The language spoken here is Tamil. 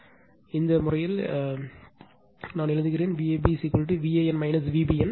எனவே இந்த விஷயத்தில் இதேபோல் நான் எழுதியது Vab Van Vbn